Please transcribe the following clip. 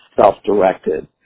self-directed